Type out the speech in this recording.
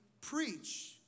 preach